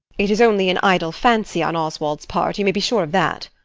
it is only an idle fancy on oswald's part you may be sure of that.